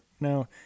No